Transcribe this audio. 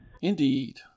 indeed